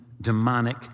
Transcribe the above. demonic